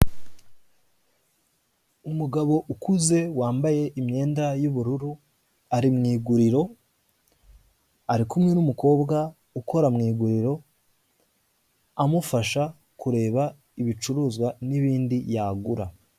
Umugabo ukuze wambaye imyenda y'ubururu ari mu iguriro, ari kumwe n'umukobwa ukora mu iguriro, amufasha kureba ibicuruzwa n'ibindi yagura.